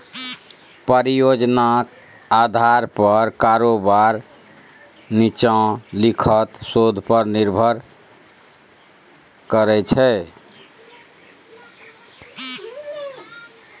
परियोजना आधार पर कारोबार नीच्चां लिखल शोध पर निर्भर करै छै